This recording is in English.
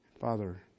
Father